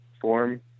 form